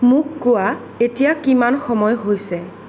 মোক কোৱা এতিয়া কিমান সময় হৈছে